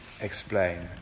explain